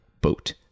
boat